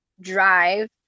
drive